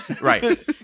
Right